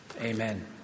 amen